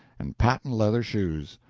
and patent-leather shoes.